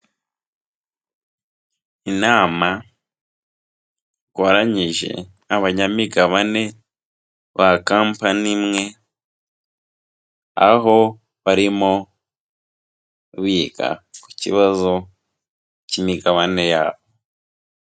Inama ikoranyije abanyamigabane ba kampani imwe, aho barimo biga ku kibazo cy'imigabane yabo.